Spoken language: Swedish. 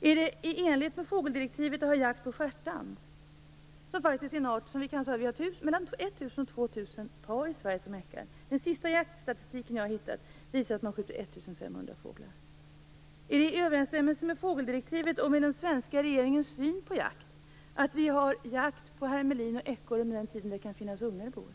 Och är det i enlighet med fågeldirektivet att bedriva jakt på stjärtand? Mellan 1 000 och 2 000 par häckar i Sverige. Den senaste jaktstatistiken som jag har hittat visar att man skjuter 1 500 fåglar. Är det i överensstämmelse med fågeldirektivet och med den svenska regeringens syn på jakt att jakt på hermelin och ekorre bedrivs under den tid då det kan finnas ungar i boet?